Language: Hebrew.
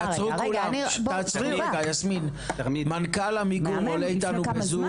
רגע, יסמין, מנכ"ל עמיגור עולה איתנו בזום.